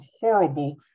horrible